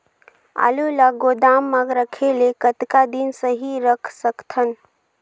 आलू ल गोदाम म रखे ले कतका दिन सही रख सकथन?